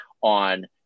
on